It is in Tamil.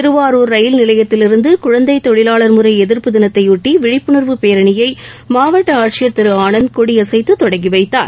திருவாரூர் ரயில் நிலையத்திலிருந்து குழந்தைத் தொழிலாளர் முறை எதிர்ப்பு தினத்தையொட்டி விழிப்புணர்வு பேரணியை மாவட்ட ஆட்சியர் திரு ஆனந்த் கொடியசைத்து தொடங்கிவைத்தார்